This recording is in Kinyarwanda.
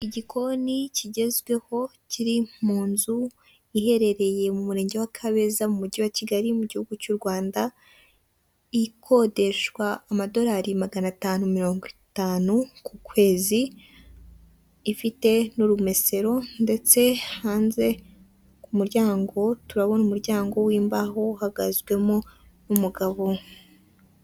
Igikoni kigezweho, kiri mu nzu iherereye mu murenge wa Kabeza, mu mujyi wa Kigali, mu gihugu cy'u Rwanda, ikodeshwa amadolari magana atanu mirongo itanu ku kwezi, ifite n'urumesero, ndetse hanze ku muryango, turabona umuryango w'imbaho, uhagazemo umugabo.